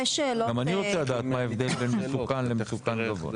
גם אני רוצה לדעת מה ההבדל בין מסוכן למסוכן מאוד.